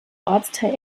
ortsteil